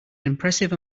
impressive